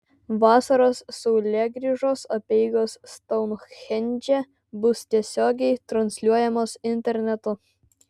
vasaros saulėgrįžos apeigos stounhendže bus tiesiogiai transliuojamos internetu